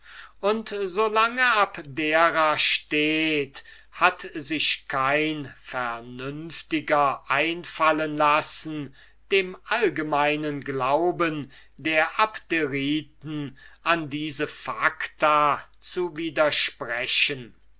und so lange abdera steht hat sich kein vernünftiger mensch einfallen lassen dem allgemeinen glauben der abderiten an diese facta zu widersprechen